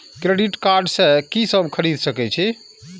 Credit card से की सब खरीद सकें छी?